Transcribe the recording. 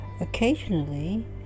Occasionally